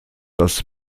dass